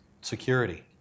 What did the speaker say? security